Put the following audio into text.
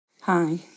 Hi